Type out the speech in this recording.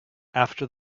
after